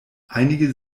einige